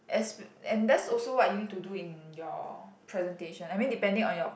as and that's also what you need to do in your presentation I mean depending on your